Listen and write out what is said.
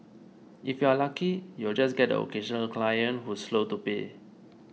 if you're lucky you'll just get the occasional client who's slow to pay